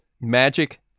Magic